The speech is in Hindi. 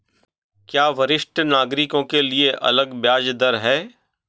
क्या वरिष्ठ नागरिकों के लिए अलग ब्याज दर है?